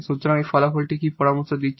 সুতরাং এই ফলাফলটি কি পরামর্শ দিচ্ছে